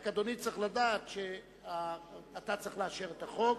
רק אדוני צריך לדעת שהוא צריך לאשר את החוק.